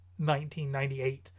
1998